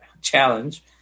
challenge